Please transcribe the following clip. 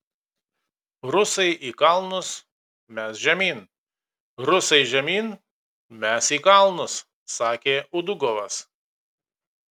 rusai į kalnus mes žemyn rusai žemyn mes į kalnus sakė udugovas